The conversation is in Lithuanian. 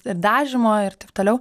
ir dažymo ir taip toliau